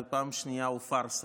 בפעם השנייה הוא פארסה.